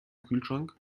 kühlschrank